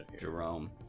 Jerome